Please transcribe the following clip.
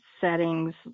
settings